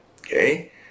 okay